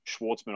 Schwartzman